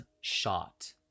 shot